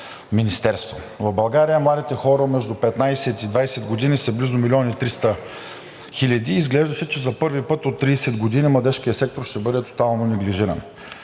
В България младите хора между 15 и 20 години са близо 1 милион и 300 хиляди и изглеждаше, че за първи път от 30 години младежкият сектор ще бъде тотално неглижиран.